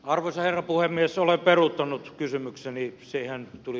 arvoisa puhemies ole peruuttanut kysymyksen niin sehän tuli